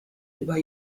über